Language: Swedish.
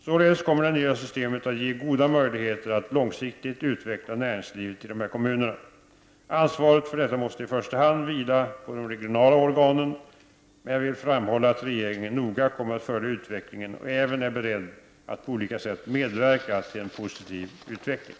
Således kommer det nya systemet att ge goda möjligheter att långsiktigt utveckla näringslivet i dessa kommuner. Ansvaret för detta måste i första hand vila på de regionala organen. Men jag vill framhålla att regeringen noga kommer att följa utvecklingen och även är beredd att på olika sätt medverka till en positiv utveckling.